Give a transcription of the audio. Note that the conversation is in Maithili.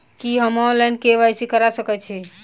की हम ऑनलाइन, के.वाई.सी करा सकैत छी?